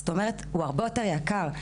זאת אומרת הוא הרבה יותר יקר,